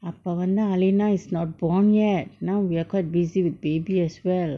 அப்பவந்து:appavanthu alena is not born yet now we are quite busy with baby as well